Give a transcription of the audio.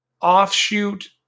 offshoot